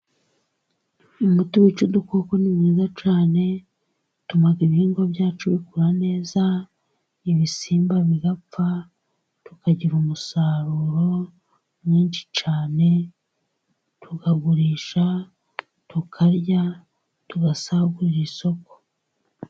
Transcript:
Umuti wica udukoko ni mwiza cyane utuma ibihingwa byacu bikura neza ibisimba bigapfa, tukagira umusaruro mwinshi cyane tukagurisha, tukarya, tugasagurira isoko.